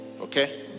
okay